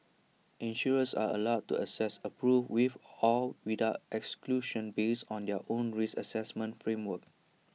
insurers are allowed to assess approve with or without exclusions based on their own risk Assessment framework